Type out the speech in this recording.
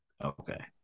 Okay